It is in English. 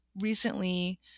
recently